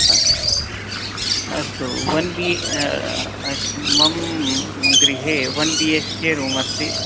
अस्तु one B मम गृहे one B H K room अस्ति